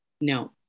no